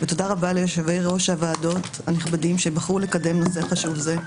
ותודה רבה ליושבי ראש הוועדות הנכבדים שבחרו לקדם נושא חשוב זה.